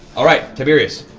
all right. tiberius.